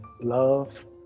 love